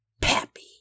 Pappy